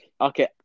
Okay